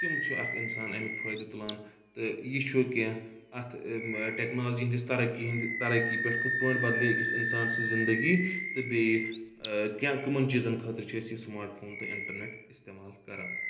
تِم چھِ اکھ اِنسان اَمیُک فٲیدٕ تُلان تہٕ یہِ چھُ کینٛہہ اَتھ ٹیکنالجی ہِنٛدِس ترقی ہٕنٛدۍ ترقی پیٚٹھ کٕتھ پٲنٛٹھۍ بدلے أکِس اِنسان سٕنٛز زِندگی تہٕ بیٚیہِ کینٛہہ کٕمَن چیٖزَن خٲطرٕ چھِ أسۍ یہِ سماٹ فون تہٕ اِنٹرنیٹ استعمال کران